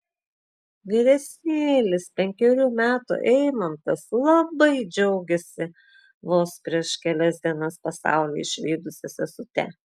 vyresnėlis penkerių metų eimantas labai džiaugiasi vos prieš kelias dienas pasaulį išvydusia sesute